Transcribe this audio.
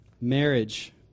marriage